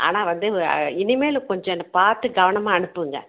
ஆனால் வந்து ஒரு ஆ இனிமேல் கொஞ்சம் பார்த்து கவனமாக அனுப்புங்க